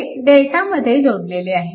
ते डेल्टा मध्ये जोडलेले आहेत